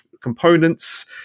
components